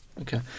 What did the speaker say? Okay